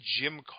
Jim